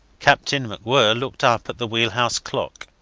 captain macwhirr looked up at the wheelhouse clock.